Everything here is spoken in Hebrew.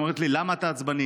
והיא אומרת לי: למה אתה עצבני?